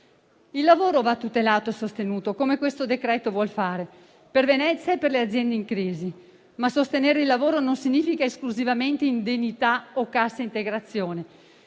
Il lavoro va tutelato e sostenuto, come questo decreto vuol fare per Venezia e per le aziende in crisi, ma sostenere il lavoro non significa esclusivamente indennità o cassa integrazione.